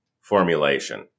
formulation